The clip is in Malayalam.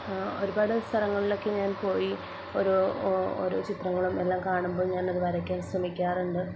ഒരുപാട് സ്ഥലങ്ങളിലൊക്കെ ഞാൻ പോയി ഓരോ ഓരോ ചിത്രങ്ങളും എല്ലാം കാണുമ്പോൾ ഞാനത് വരയ്ക്കാൻ ശ്രമിക്കാറുണ്ട്